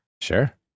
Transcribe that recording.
Sure